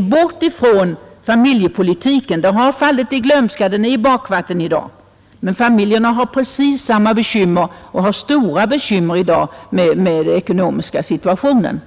bortse från familjepolitiken därför att den i dag inte är modern. Den har fallit i glömska — den är i dag i bakvatten. Men familjerna har också i dag stora bekymmer med den ekonomiska situationen.